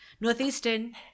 Northeastern